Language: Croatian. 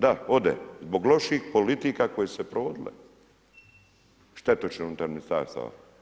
Da, ode zbog loših politika koje su se provodile, štetočine unutar ministarstava.